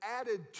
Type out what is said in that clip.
added